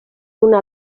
una